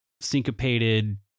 syncopated